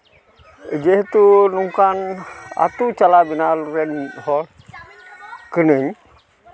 ᱡᱮᱦᱮᱛᱩ ᱱᱚᱝᱠᱟᱱ ᱟᱛᱳ ᱪᱟᱞᱟᱣ ᱵᱮᱱᱟᱣ ᱨᱮᱱ ᱦᱚᱲ ᱠᱟᱹᱱᱟᱹᱧ